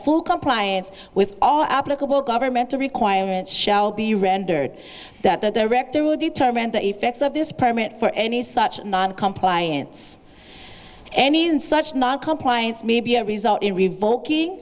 full compliance with all applicable governmental requirements shall be rendered that the director will determine the effects of this permit for any such noncompliance any and such noncompliance may be a result in revo